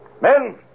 Men